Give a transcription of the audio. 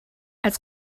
als